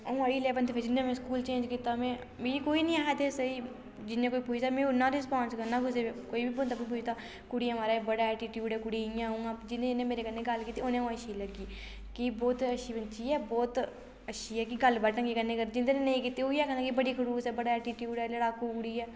अ'ऊं आई इलैबंथ बिच्च जियां में स्कूल चेंज कीता में मि कोई नी ऐ हा इत्थै सेही जियां कोई पुच्छदा हा में उ'न्ना गै रिस्पांस करना कुसै कोई बी बंदा मि पुच्छदा कुड़िया महाराज बड़ा ऐटिट्यूड कुड़ी इ'यां उ'यां जिन्ने जिन्ने मेरे कन्नै गल्ल कीती उ'नेंगी अ'ऊं अच्छी लग्गी कि बोह्त अच्छी बच्ची ऐ बोह्त अच्छी ऐ कि गल्ल बड़े ढंगै कन्नै करदी ऐ जेह्दे कन्नै नेईं कीती ओह् बी आखन लगे बड़ी खड़ूस ऐ बड़ा ऐटीट्यूड ऐ लड़ाकू कुड़ी ऐ